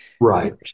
Right